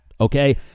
okay